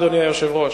אדוני היושב-ראש,